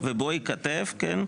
ובוא ייכתב, כן?